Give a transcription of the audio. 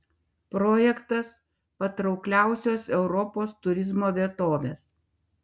projektas patraukliausios europos turizmo vietovės